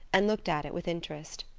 and looked at it with interest.